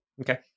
Okay